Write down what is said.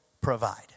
provide